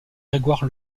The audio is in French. grégoire